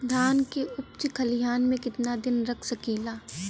धान के उपज खलिहान मे कितना दिन रख सकि ला?